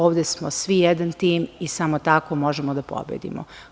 Ovde smo svi jedan tim i samo tako možemo da pobedimo.